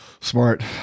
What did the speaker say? Smart